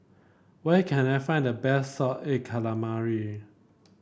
where can I find the best Salted Egg Calamari